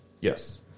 Yes